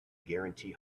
guarantee